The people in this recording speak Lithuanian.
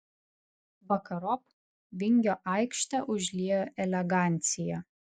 vakarop vingio aikštę užliejo elegancija